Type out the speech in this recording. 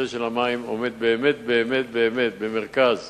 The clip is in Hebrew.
הנושא של המים עומד באמת באמת באמת במרכז